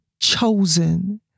chosen